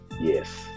Yes